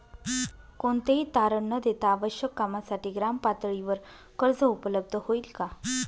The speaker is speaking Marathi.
कोणतेही तारण न देता आवश्यक कामासाठी ग्रामपातळीवर कर्ज उपलब्ध होईल का?